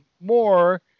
more